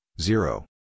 zero